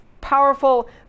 powerful